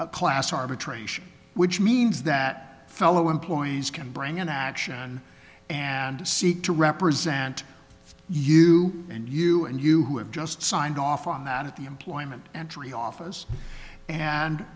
class arbitration which means that fellow employees can bring an action and seek to represent you and you and you have just signed off on that at the employment entry office and